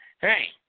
hey